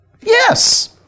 Yes